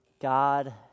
God